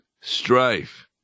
strife